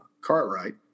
Cartwright